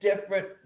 different